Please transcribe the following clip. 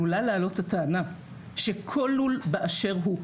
עלולה לעלות הטענה שכל לול באשר הוא,